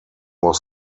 was